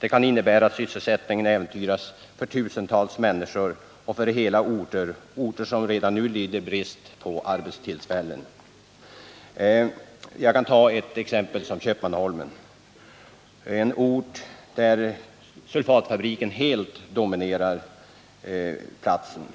Det kan innebära att sysselsättningen äventyras för tusentals människor och för hela orter — orter som redan nu lider brist på arbetstillfällen. Jag kan som exempel ta Köpmanholmen. en ort som helt domineras av sulfatfabriken. Orten står och faller med fabriken.